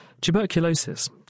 Tuberculosis